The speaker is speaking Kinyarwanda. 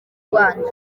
rwanda